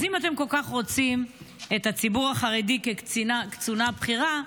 אז אם אתם כל כך רוצים את הציבור החרדי כקצונה בכירה,